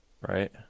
right